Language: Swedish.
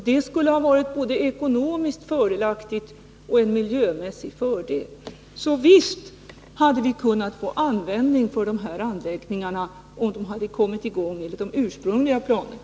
Det skulle ha varit både ekonomiskt fördelaktigt och ha gett en miljömässig fördel. Visst hade vi kunnat få användning för de här anläggningarna om de hade kommit i gång enligt de ursprungliga planerna.